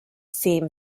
seem